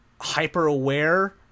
hyper-aware